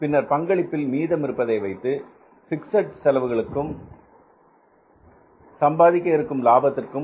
பின்னர் பங்களிப்பில் மீதம் இருப்பதை வைத்து பிக்ஸட் செலவுகளும் சம்பாதிக்க இருக்கும் லாபமும்